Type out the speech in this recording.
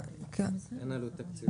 אין עלות תקציבית.